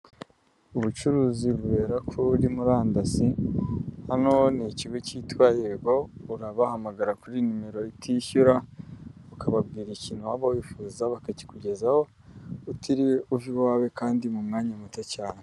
Ubucuruzi bubera kuri murandasi, hano ni ikigo cyitwa Yego urabahamagara kuri nimero itishyura ukababwira ikintu waba wifuza bakakikugezaho, utiriwe uva iwawe kandi mu mwanya muto cyane.